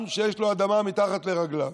עם שיש לו אדמה מתחת לרגליו,